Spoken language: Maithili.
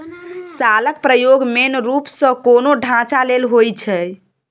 शालक प्रयोग मेन रुप सँ कोनो ढांचा लेल होइ छै